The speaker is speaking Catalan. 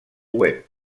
web